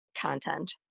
content